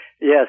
Yes